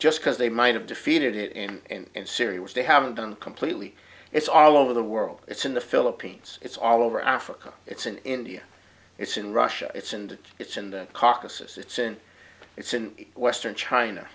just because they might have defeated it and syria which they haven't done completely it's all over the world it's in the philippines it's all over africa it's an india it's in russia it's and it's in the caucasus it's in it's in western china